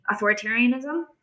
authoritarianism